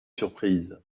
surprise